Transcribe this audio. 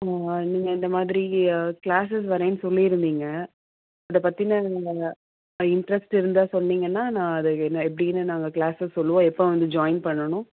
நீங்கள் இந்த மாதிரி க்ளாஸஸ் வரேன்னு சொல்லியிருந்தீங்க அதை பற்றின இன்ட்ரஸ்ட் இருந்தால் சொன்னிங்கன்னால் நான் அதுக்கு என்ன எப்படின்னு நாங்கள் க்ளாஸஸ் சொல்லுவோம் எப்போ வந்து ஜாயின் பண்ணணும்